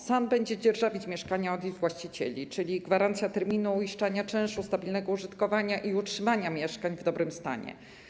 SAN będzie dzierżawić mieszkania od ich właścicieli - czyli gwarancja terminu uiszczania czynszu, stabilnego użytkowania i utrzymania mieszkań w dobrym stanie.